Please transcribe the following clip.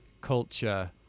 culture